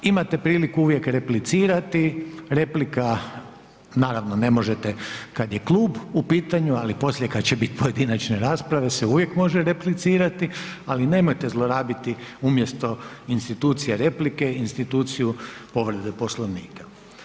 Imate priliku uvijek replicirati, replika, naravno ne možete kad je klub u pitanju ali poslije kad će biti pojedinačne rasprave se uvijek može replicirati ali nemojte zlorabiti umjesto institucije replike, instituciju povrede Poslovnika.